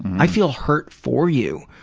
i feel hurt for you.